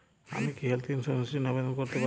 আমি কি health insurance র জন্য আবেদন করতে পারি?